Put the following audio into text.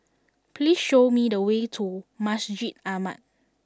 please show me the way to Masjid Ahmad